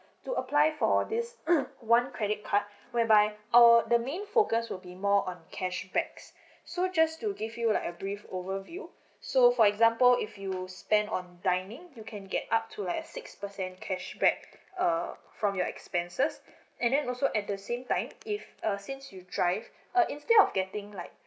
to apply for this one credit card whereby uh the main focus will be more on cash backs so just to give you like a brief overview so for example if you spend on dining you can get up to like a six percent cashback err from your expenses and then also at the same time if uh since you drive uh instead of getting like